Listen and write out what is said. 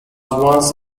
once